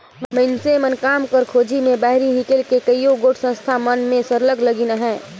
मइनसे मन काम कर खोझी में बाहिरे हिंकेल के कइयो गोट संस्था मन में सरलग लगिन अहें